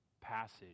passage